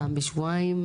פעם בשבועיים,